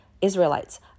Israelites